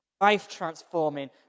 life-transforming